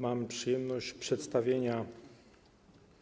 Mam przyjemność przedstawić